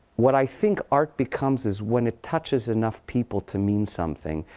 what i think art becomes is when it touches enough people to mean something.